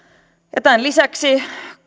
tämän lisäksi